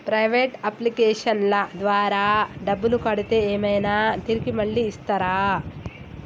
Private అప్లికేషన్ల ద్వారా డబ్బులు కడితే ఏమైనా తిరిగి మళ్ళీ ఇస్తరా?